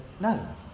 no